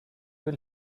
für